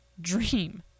dream